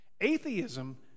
Atheism